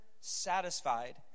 satisfied